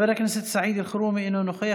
חבר הכנסת סעיד אלחרומי, אינו נוכח.